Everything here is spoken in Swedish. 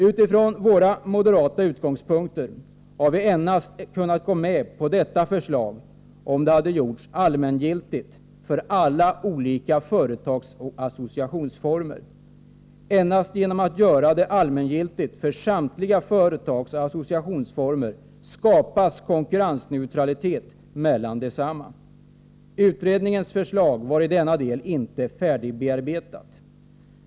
Utifrån våra moderata utgångspunkter hade vi kunnat gå med på detta förslag endast om det hade gjorts allmängiltigt för alla olika företagsoch associationsformer. Endast genom att göra det allmängiltigt för samtliga företagsoch associationsformer skapas konkurrensneutralitet mellan desamma. Utredningens förslag var i denna del inte färdigbearbetat.